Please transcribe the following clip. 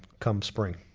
come spring.